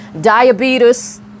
diabetes